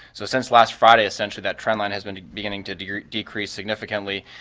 so since last friday, essentially, that trend line has been beginning to decrease decrease significantly.